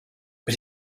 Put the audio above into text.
but